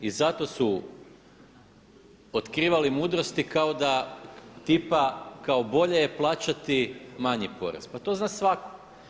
I zato su otkrivali mudrosti kao da tipa kao bolje je plaćati manji porez, pa to zna svako.